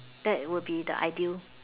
that would be the ideal